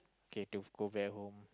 okay do go back home